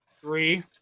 three